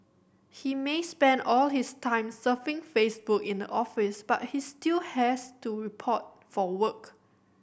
he may spend all his time surfing Facebook in the office but he still has to report for work